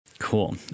cool